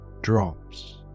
drops